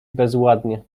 bezładnie